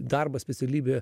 darbo specialybė